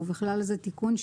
ובכלל זה תיקון,